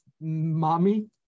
Mommy